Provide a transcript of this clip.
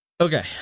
Okay